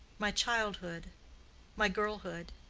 my childhood my girlhood